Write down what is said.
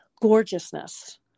gorgeousness